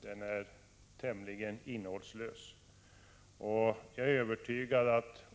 Den är tämligen innehållslös.